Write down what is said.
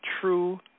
true